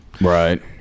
Right